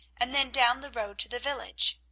and then down the road to the village.